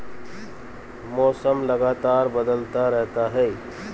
मौसम लगातार बदलता रहता है